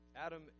Adam